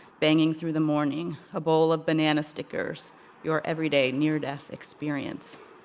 banging through the morning, a bowl of banana stickers your everyday, near-death experience.